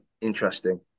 interesting